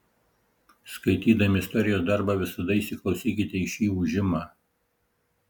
skaitydami istorijos darbą visada įsiklausykite į šį ūžimą